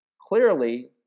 clearly